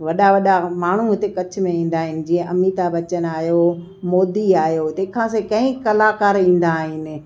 वॾा वॾा माण्हू हिते कच्छ में ईंदा आहिनि जीअं अमिताभ बच्चन आहियो मोदी आहियो तंहिंखां सवाइ कई कलाकार ईंदा आहिनि